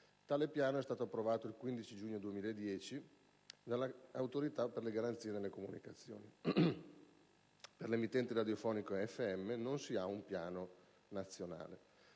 Tale piano è stato approvato il 15 giugno 2010 da parte dell'Autorità per le garanzie nelle comunicazioni, mentre per le emittenti radiofoniche FM non si ha un piano nazionale.